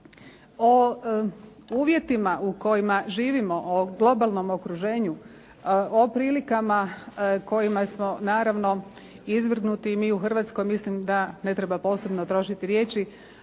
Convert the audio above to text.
O uvjetima u kojima živimo, o globalnom okruženju, o prilikama kojima smo naravno izvrgnuti i mi u Hrvatskoj mislim da ne treba posebno trošiti riječi.